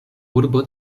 urbo